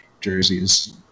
jerseys